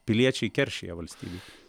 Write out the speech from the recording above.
piliečiai keršija valstybei